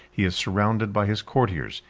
he is surrounded by his courtiers,